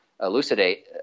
elucidate